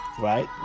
right